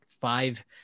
five